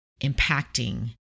impacting